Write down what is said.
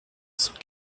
cent